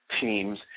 teams